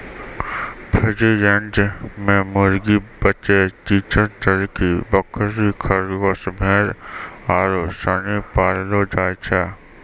free range मे मुर्गी, बटेर, तीतर, तरकी, बकरी, खरगोस, भेड़ आरु सनी पाललो जाय छै